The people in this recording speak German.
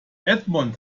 edmund